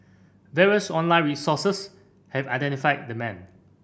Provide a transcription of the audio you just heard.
various online sources have identified the man